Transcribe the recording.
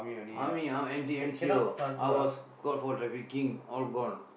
Army I am N_T N_C_O I was caught for trafficking all gone